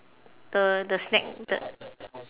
the the snack the